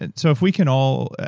and so if we can all,